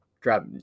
drop